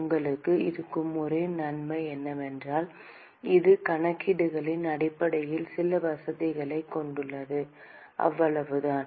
உங்களுக்கு இருக்கும் ஒரே நன்மை என்னவென்றால் இது கணக்கீடுகளின் அடிப்படையில் சில வசதிகளைக் கொண்டுள்ளது அவ்வளவுதான்